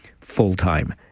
full-time